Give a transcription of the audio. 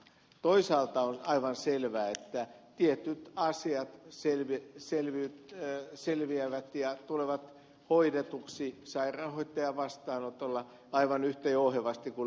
toisaalta on aivan selvää että tietyt asiat selviävät ja tulevat hoidetuksi sairaanhoitajavastaanotolla aivan yhtä jouhevasti kuin lääkärin vastaanotolla